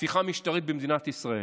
הפיכה משטרית במדינת ישראל.